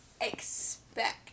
expect